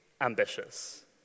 ambitious